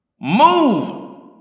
Move